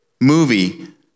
movie